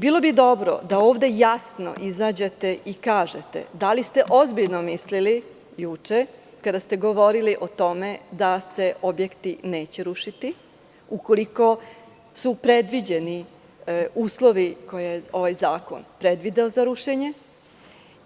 Bilo bi dobro da ovde jasno izađete i kažete da li ste ozbiljno mislili juče kada ste govorili o tome da se objekti neće rušiti ukoliko su predviđeni uslovi koje je ovaj zakon predvideo za rušenje